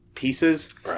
pieces